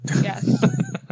Yes